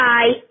Bye